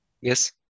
Yes